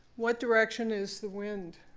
what direction is the wind?